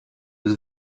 was